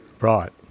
Right